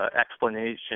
explanation